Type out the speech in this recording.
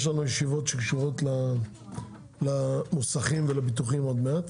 יש לנו ישיבות שקשורות למוסכים ולביטוחים עוד מעט.